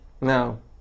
No